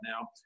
now